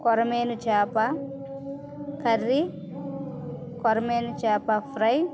కొరమేను చాప కర్రీ కొరమేను చాప ఫ్రై